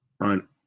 on